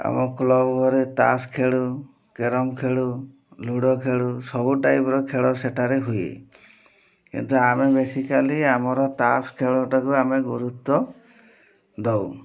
ଆମ କ୍ଲବ୍ରେ ତାସ୍ ଖେଳୁ କେରମ୍ ଖେଳୁ ଲୁଡ଼ୋ ଖେଳୁ ସବୁ ଟାଇପ୍ର ଖେଳ ସେଠାରେ ହୁଏ କିନ୍ତୁ ଆମେ ବେସିକାଲି ଆମର ତାସ୍ ଖେଳଟାକୁ ଆମେ ଗୁରୁତ୍ୱ ଦେଉ